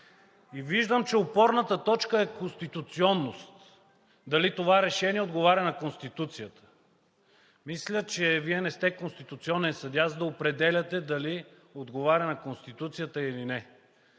Виждам, че опорната точка е конституционност – дали това решение отговаря на Конституцията. Мисля, че Вие не сте конституционен съдия, за да определяте дали отговаря на Конституцията или не.